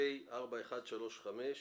פ/4135.